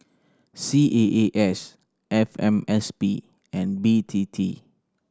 C A A S F M S P and B T T